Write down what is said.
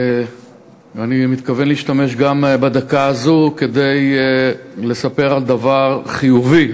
אני מתכוון להשתמש גם בדקה הזאת כדי לספר על דבר חיובי,